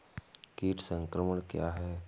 कीट संक्रमण क्या है?